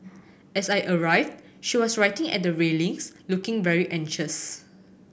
as I arrived she was writing at the railings looking very anxious